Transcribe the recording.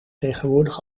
tegenwoordig